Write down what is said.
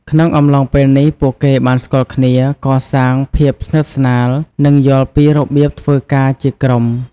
ក្នុងអំឡុងពេលនេះ ពួកគេបានស្គាល់គ្នា កសាងភាពស្និទ្ធស្នាល និងយល់ពីរបៀបធ្វើការជាក្រុម។